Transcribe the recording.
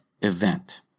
event